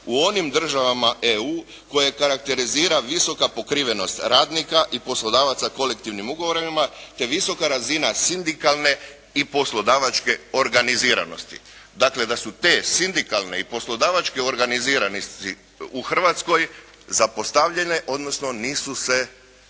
u onim državama EU koje karakterizira visoka pokrivenost radnika i poslodavaca kolektivnim ugovorima, te visoka razina sindikalne i poslodavačke organiziranosti. Dakle, da su te sindikalne i poslodavačke organiziranosti u Hrvatskoj zapostavljene odnosno nisu se,